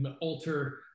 alter